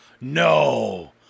No